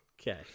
Okay